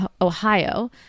Ohio